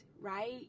right